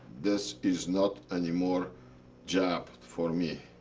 this is not anymore job for me.